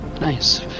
nice